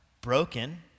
broken